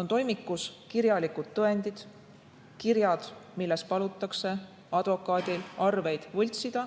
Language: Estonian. on toimikus kirjalikud tõendid – kirjad, milles palutakse advokaadil arveid võltsida,